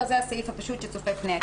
זה הסעיף הפשוט שצופה פני עתיד.